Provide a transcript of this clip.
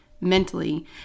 mentally